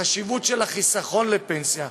החשיבות של החיסכון לפנסיה,